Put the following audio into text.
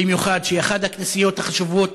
במיוחד, שהיא אחת הכנסיות החשובות